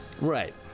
Right